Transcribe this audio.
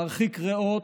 מרחיק ראות,